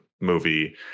movie